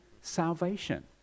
salvation